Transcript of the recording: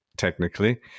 Technically